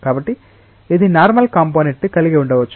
కాబట్టి ఇది normal component ని కలిగి ఉండవచ్చు